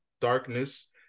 darkness